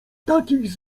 takich